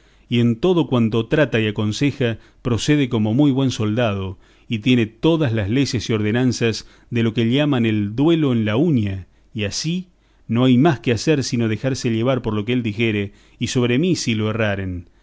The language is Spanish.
y en todo cuanto trata y aconseja procede como muy buen soldado y tiene todas las leyes y ordenanzas de lo que llaman el duelo en la uña y así no hay más que hacer sino dejarse llevar por lo que él dijere y sobre mí si lo